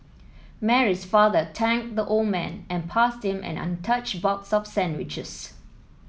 Mary's father thanked the old man and passed him an untouched box of sandwiches